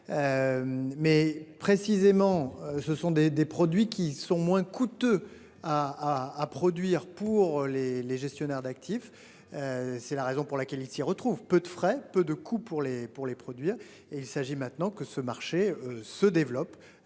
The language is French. Mais précisément, ce sont des des produits qui sont moins coûteux. À produire pour les les gestionnaires d'actifs. C'est la raison pour laquelle il t'y retrouve peu de frais, peu de coûts pour les pour les produire et il s'agit maintenant que ce marché se développe